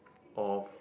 of